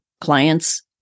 clients